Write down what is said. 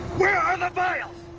where are the vials!